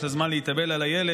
אם יש לה זמן להתאבל על הילד,